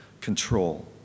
control